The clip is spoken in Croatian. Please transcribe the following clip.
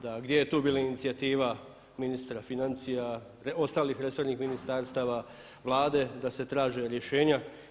Da gdje je tu bila inicijativa ministra financija, ostalih resornih ministarstava, Vlade da se traže rješenja?